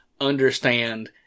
understand